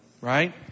Right